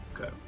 Okay